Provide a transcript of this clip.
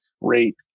rate